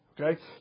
Okay